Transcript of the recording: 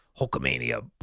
Hulkamania